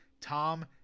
Tom